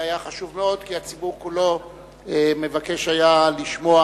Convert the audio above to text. זה היה חשוב מאוד, כי הציבור כולו מבקש היה לשמוע